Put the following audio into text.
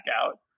out